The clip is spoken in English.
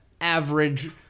average